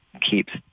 keeps